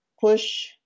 push